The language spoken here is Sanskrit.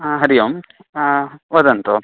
आ हरिः ओम् वदन्तु